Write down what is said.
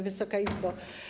Wysoka Izbo!